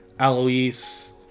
Alois